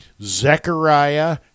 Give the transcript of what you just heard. Zechariah